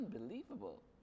unbelievable